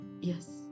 Yes